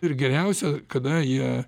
ir geriausia kada jie